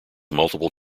multiple